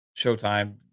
showtime